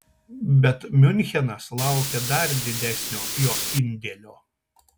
bet miunchenas laukia dar didesnio jo indėlio